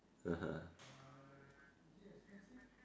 (uh huh)